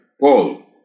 Paul